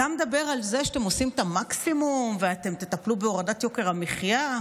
אתה מדבר על זה שאתם עושים את המקסימום ואתם תטפלו בהורדת יוקר המחיה?